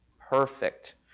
Perfect